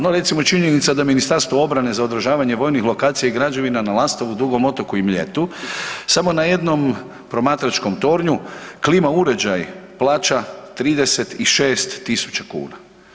No recimo činjenica da Ministarstvo obrane za održavanje vojnih lokacija i građevina na Lastovu, Dugom Otoku i Mljetu samo na jednom promatračkom tornju klima uređaj plaća 36 000 kuna.